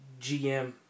GM